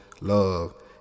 love